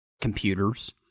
computers